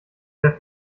der